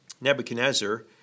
Nebuchadnezzar